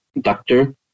doctor